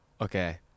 okay